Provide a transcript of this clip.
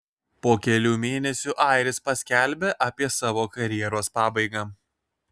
po kelių mėnesių airis paskelbė apie savo karjeros pabaigą